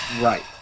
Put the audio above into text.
Right